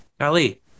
Ali